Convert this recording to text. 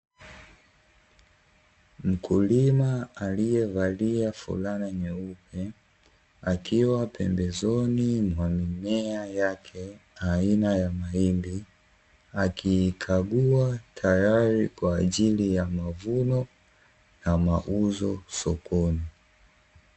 Mkulima aliyevalia fulana nyeupe akiwa pembezoni mwa mimea yake aina ya mahindi, akiikagua tayari kwa ajili ya mavuno na mauzo sokoni.